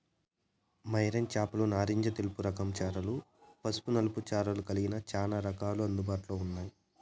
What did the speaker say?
marine చేపలు నారింజ తెలుపు రకం చారలు, పసుపు నలుపు చారలు కలిగిన చానా రకాలు అందుబాటులో ఉన్నాయి